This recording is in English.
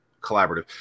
Collaborative